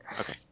Okay